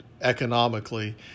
economically